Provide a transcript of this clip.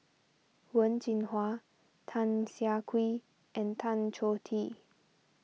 Wen Jinhua Tan Siah Kwee and Tan Choh Tee